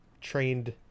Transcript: trained